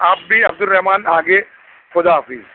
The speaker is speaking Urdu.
آپ بھی عبدالرحمٰن آگے خداحافظ